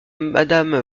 madame